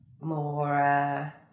More